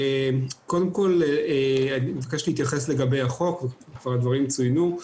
קודם כל התבקשתי להתייחס לגבי החוק וכבר הדברים צוינו.